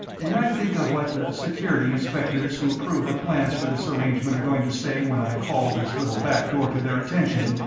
when i think of what the security inspectors who approved the plans for this arrangement are going to say when i call this little back door to their attention,